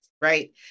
right